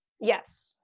Yes